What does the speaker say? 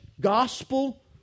gospel